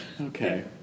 Okay